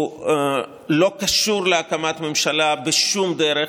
הוא לא קשור להקמת ממשלה בשום דרך,